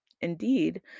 Indeed